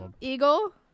eagle